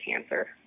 cancer